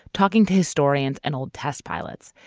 talking to historians and old test pilots.